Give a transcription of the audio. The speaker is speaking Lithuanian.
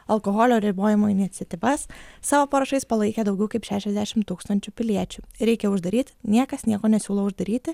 alkoholio ribojimo iniciatyvas savo parašais palaikė daugiau kaip šešiasdešimt tūkstančių piliečių reikia uždaryt niekas nieko nesiūlo uždaryti